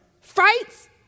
fights